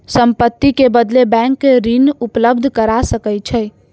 संपत्ति के बदले बैंक ऋण उपलब्ध करा सकै छै